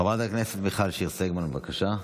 חברת הכנסת מיכל שיר סגמן, בבקשה.